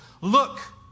Look